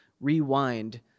rewind